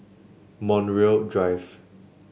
Montreal Drive